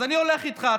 אז אני הולך איתך,